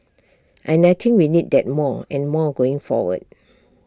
and I think we need that more and more going forward